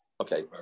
okay